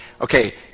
Okay